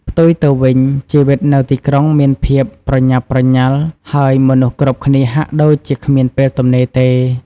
ផ្ទុយទៅវិញ ជីវិតនៅទីក្រុងមានភាពប្រញាប់ប្រញាល់ ហើយមនុស្សគ្រប់គ្នាហាក់ដូចជាគ្មានពេលទំនេរទេ។